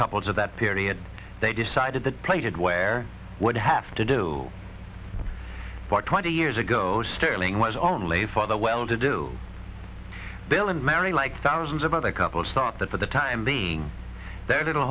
couples of that period they decided that plated where would have to do what twenty years ago sterling was only for the well to do bill and mary like thousands of other couples thought that for the time being their little